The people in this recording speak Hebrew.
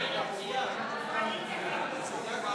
ההסתייגות הראשונה של קבוצת סיעת מרצ,